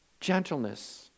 gentleness